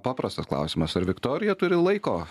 paprastas klausimas ar viktorija turi laiko